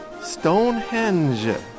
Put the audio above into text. Stonehenge